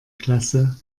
klasse